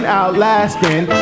outlasting